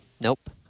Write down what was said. Nope